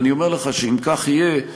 ואני אומר לך שאם כך יהיה,